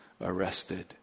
arrested